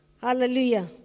Hallelujah